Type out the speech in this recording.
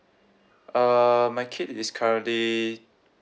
uh my kid is currently